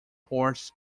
ports